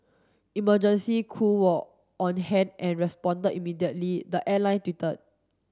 emergency crew were on hand and responded immediately the airline tweeted